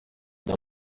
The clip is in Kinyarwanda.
n’a